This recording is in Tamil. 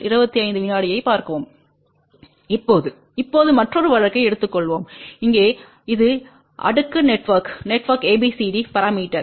இப்போது இப்போது மற்றொரு வழக்கை எடுத்துக் கொள்வோம்இங்கே இது அடுக்கு நெட்வொர்க்கிற்கான ABCD பரமீட்டர்ஸ்